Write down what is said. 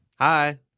Hi